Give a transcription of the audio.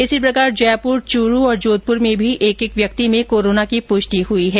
इसी प्रकार जयपुर चूरू और जोधपुर में भी एक एक व्यक्ति में कोरोना की पुष्टि हुई है